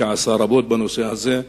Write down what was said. שעשה רבות בנושא הזה.